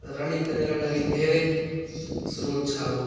running त मेरो लागिन् धेरै स्रोत छ अब